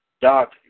Doc